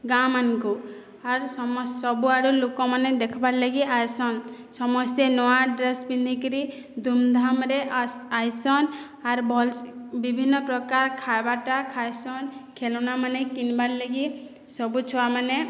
ଗାଁ ମାନ୍କୁ ଆର୍ ସବୁ ଆଡୁ ଲୋକ ମାନେ ଦେଖ୍ବାର୍ଲାଗି ଆଏସନ୍ ସମସ୍ତେ ନୂଆ ଡ୍ରେସ୍ ପିନ୍ଧି କିରି ଧୁମ୍ ଧାମ୍ରେ ଆଏସନ୍ ଆର୍ ଭଲ୍ସେ ବିଭିନ୍ନପ୍ରକାର୍ ଖାଏବାର୍ଟା ଖାଏସନ୍ ଖେଳନାମାନେ କିଣିବାର୍ଲାଗି ସବୁ ଛୁଆମାନେ